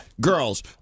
Girls